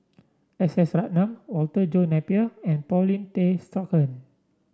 S S Ratnam Walter John Napier and Paulin Tay Straughan